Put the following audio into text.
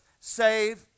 save